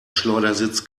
schleudersitz